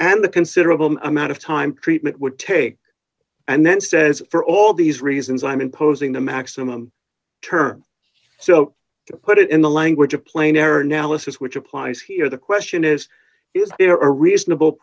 the considerable amount of time treatment would take and then says for all these reasons i'm imposing the maximum term so put it in the language of plain error analysis which applies here the question is is there a reasonable